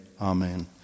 amen